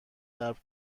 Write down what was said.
صبر